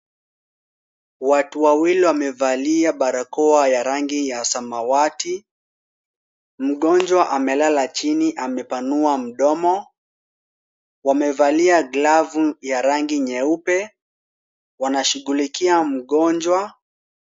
Watu wawili wamevalia barakoa ya rangi ya samawati. Mgonjwa amelala chini amepanua mdomo. Wamevalia glavu ya rangi nyeupe. Wanashughulikia mgonjwa.